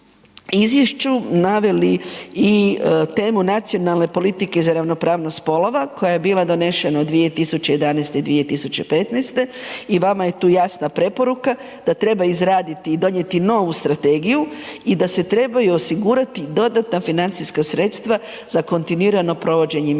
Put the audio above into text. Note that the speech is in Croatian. izvješću naveli i temu nacionalne politike za ravnopravnost spolova koja je bila donešena 2011. i 2015. i vama je tu jasna preporuka da treba izraditi i donijeti novu strategiju i da se trebaju osigurati dodatna financijska sredstva za kontinuirano provođenje mjera.